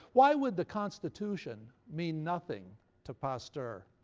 why would the constitution mean nothing to pasteur,